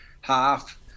half